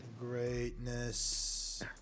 Greatness